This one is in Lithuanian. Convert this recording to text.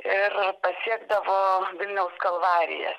ir pasiekdavo vilniaus kalvarijas